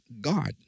God